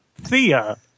Thea